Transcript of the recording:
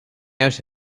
out